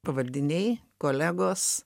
pavaldiniai kolegos